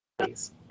Please